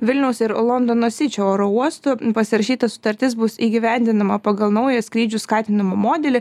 vilniaus ir londono sičio oro uostų pasirašyta sutartis bus įgyvendinama pagal naują skrydžių skatinimo modelį